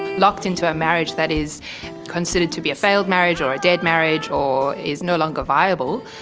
locked into a marriage that is considered to be a failed marriage or a dead marriage or is no longer viable,